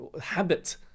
habit